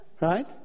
Right